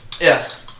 Yes